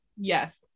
Yes